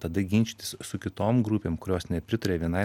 tada ginčytis su kitom grupėm kurios nepritaria vienai